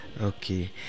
okay